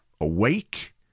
awake